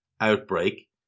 outbreak